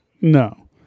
No